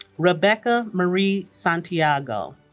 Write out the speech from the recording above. rebecca marie santiago